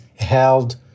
held